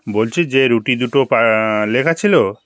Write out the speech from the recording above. বলছি যে রুটি দুটো লেখা ছিল